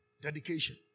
dedication